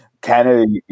Canada